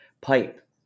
pipe